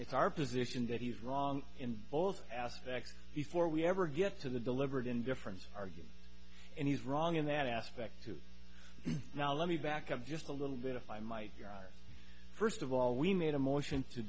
it's our position that he's wrong in both aspects before we ever get to the deliberate indifference argument and he's wrong in that aspect to now let me back up just a little bit if i might you are first of all we made a motion to